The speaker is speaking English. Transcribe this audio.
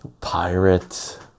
pirate